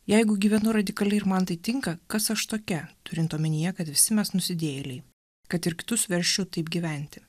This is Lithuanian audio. jeigu gyvenu radikaliai ir man tai tinka kas aš tokia turint omenyje kad visi mes nusidėjėliai kad ir kitus versčiau taip gyventi